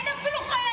כבר אין אפילו חיילים.